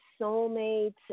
soulmates